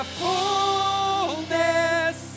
fullness